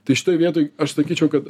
tai šitoj vietoj aš sakyčiau kad